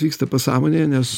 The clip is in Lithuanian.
vyksta pasąmonėje nes